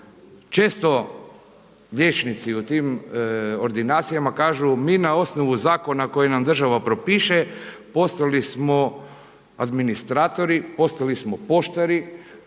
Često liječnici u tim ordinacijama kažu mi na osnovu zakona koji nam država propiše postali smo administratori, postali smo poštari,